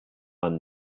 man